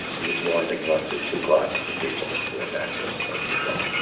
yeah the only thing left is two classes of people those who have access and those who don't.